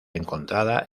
encontrada